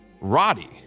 Roddy